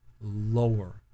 lower